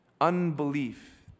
unbelief